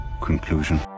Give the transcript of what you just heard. Conclusion